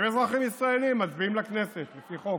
הם אזרחים ישראלים, מצביעים לכנסת לפי החוק,